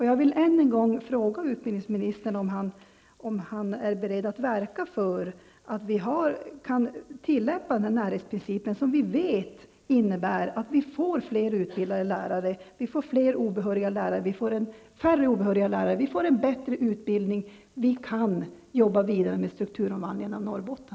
Jag vill än en gång fråga utbildningsministern om han är beredd att verka för att vi kan tillämpa den närhetsprincip som vi vet innebär att vi får fler utbildade lärare, färre obehöriga lärare, bättre utbildning och kan jobba vidare med strukturomvandlingen i Norrbotten.